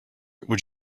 would